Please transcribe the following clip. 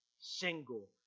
single